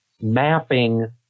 mapping